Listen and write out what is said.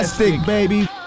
baby